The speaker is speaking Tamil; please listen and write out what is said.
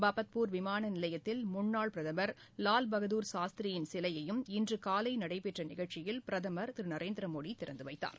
பாபத்பூர் விமானநிலையத்தில் முன்னாள் பிரதமர் லால் பகதூர் சாஸ்திரியின் சிலையையும் இன்றுகாலைநடைபெற்றநிகழ்ச்சியில் பிரதமர் திருநரேந்திரமோடிதிறந்துவைத்தார்